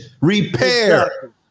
Repair